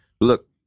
Look